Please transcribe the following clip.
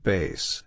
Base